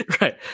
Right